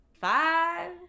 five